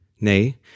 Nay